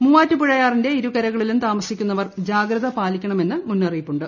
മൂവാറ്റുപുഴയാറിന്റെ ഇരുകരകളിലും താമസിക്കുന്നവർ ജാഗ്രത പാലിക്കണമെന്നും മുന്നറിയിപ്പുണ്ട്